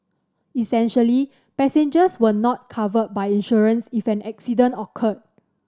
essentially passengers were not covered by insurance if an accident occurred